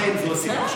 לכן, זו הסיבה.